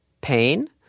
pain